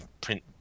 print